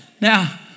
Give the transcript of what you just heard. Now